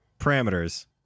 Parameters